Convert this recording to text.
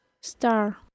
star